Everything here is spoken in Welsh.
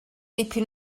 dipyn